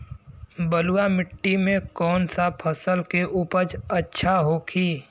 बलुआ मिट्टी में कौन सा फसल के उपज अच्छा होखी?